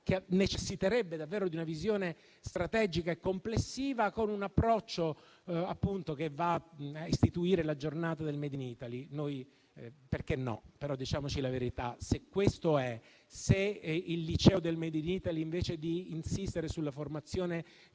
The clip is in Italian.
che necessiterebbe davvero di una visione strategica e complessiva, con un approccio che mira a istituire la Giornata del *made in Italy*. Perché no? Diciamoci la verità, però: se questo è, se si istituisce il liceo del *made in Italy*, invece di insistere sulla formazione